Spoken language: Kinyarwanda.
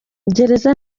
gereza